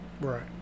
right